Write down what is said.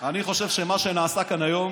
חושב שמה שנעשה כאן היום